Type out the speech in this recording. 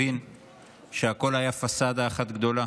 הבין שהכול היה פסאדה אחת גדולה,